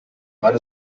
mann